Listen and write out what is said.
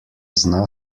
zna